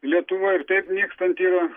lietuva ir taip nykstanti yra